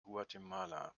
guatemala